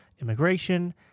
immigration